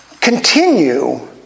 continue